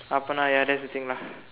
அப்பனா:appanaa ya that's the thing lah